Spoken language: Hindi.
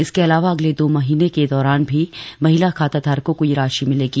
इसके अलावा अगले दो माह के दौरान भी महिला खाताधारकों को यह राशि मिलेगी